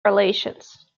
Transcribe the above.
relations